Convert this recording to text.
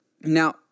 Now